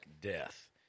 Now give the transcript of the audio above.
death